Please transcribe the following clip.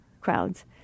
crowds